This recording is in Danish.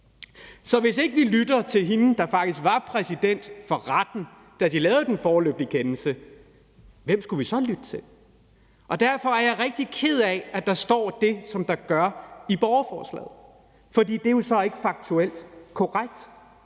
Så hvis vi ikke lytter til hende, der faktisk var præsident for retten, da de lavede den foreløbige kendelse, hvem skulle vi så lytte til? Derfor er jeg rigtig ked af, at der står det, der står i borgerforslaget, for det er jo så ikke faktuelt korrekt,